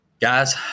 guys